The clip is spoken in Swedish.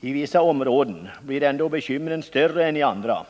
I vissa områden blir ändå bekymren större än i andra.